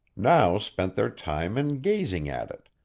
now spent their time in gazing at it,